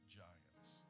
giants